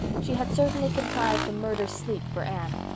she had certainly contrived to murder sleep for anne.